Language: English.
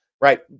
right